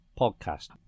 podcast